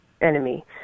enemy